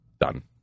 done